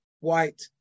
white